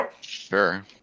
Sure